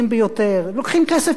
לוקחים כסף מכל דבר.